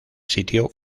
sitio